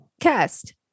Cast